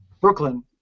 Brooklyn